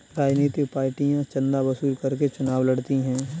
राजनीतिक पार्टियां चंदा वसूल करके चुनाव लड़ती हैं